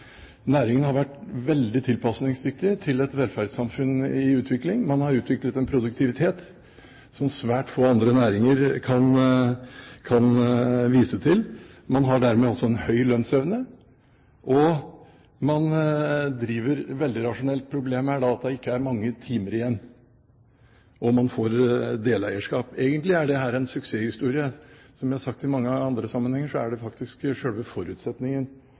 Næringen har vært veldig tilpasningsdyktig til et velferdssamfunn i utvikling. Man har utviklet en produktivitet som svært få andre næringer kan vise til. Man har dermed også en høy lønnsevne, og man driver veldig rasjonelt. Problemet er da at det ikke er mange timer igjen, og man får deleierskap. Egentlig er dette en suksesshistorie. Som det er sagt i mange andre sammenhenger, er det faktisk selve forutsetningen